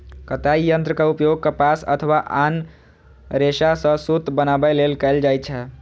कताइ यंत्रक उपयोग कपास अथवा आन रेशा सं सूत बनबै लेल कैल जाइ छै